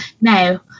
Now